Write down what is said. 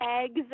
eggs